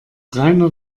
rainer